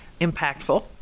impactful